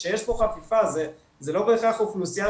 כשאני מדברת על-כך ש --- יש לנו מנהלי יישובים,